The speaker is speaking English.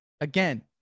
again